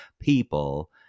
people